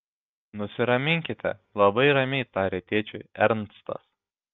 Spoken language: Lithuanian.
nusiraminkite labai ramiai tarė tėčiui ernstas